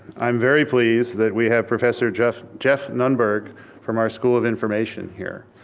i'm very pleased that we have professor geoff geoff nunberg from our school of information here.